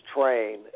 train